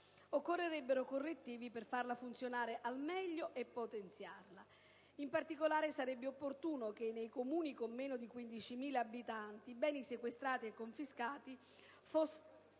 occorrerebbero correttivi per farla funzionare al meglio e potenziarla. In particolare, sarebbe opportuno che nei Comuni con meno di 15.000 abitanti i beni sequestrati e confiscati potessero